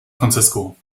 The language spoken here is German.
francisco